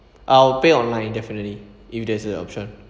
I'll pay online definitely if there is an option